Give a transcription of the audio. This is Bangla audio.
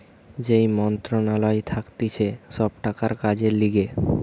যেই মন্ত্রণালয় থাকতিছে সব টাকার কাজের লিগে